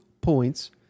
points